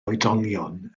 oedolion